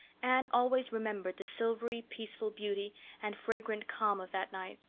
anne always remembered the silvery, peaceful beauty and fragrant calm of that night.